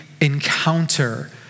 encounter